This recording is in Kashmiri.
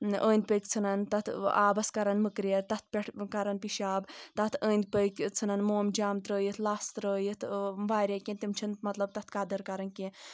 أنٛدۍ پٔکۍ ژھٕنان تَتھ آبَس کران مٔکریٚر تَتھ پؠٹھ کَران پِشَاب تَتھ أنٛدۍ پٔکۍ ژھٕنان مُوم جَام تَرٲوِتھ لَژھ ترٲوِتھ واریاہ کینٛہہ تِم چھِنہٕ مطلب تَتھ قَدٕر کران کینٛہہ